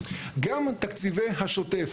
גם מתקציבי השוטף,